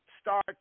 start